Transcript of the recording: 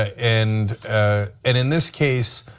and and in this case,